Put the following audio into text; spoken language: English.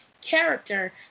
character